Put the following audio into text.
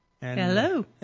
Hello